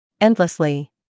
Endlessly